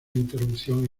interrupción